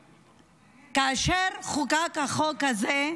כאשר חוקק החוק הזה,